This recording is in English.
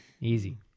easy